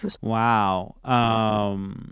Wow